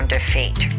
Defeat